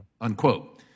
Unquote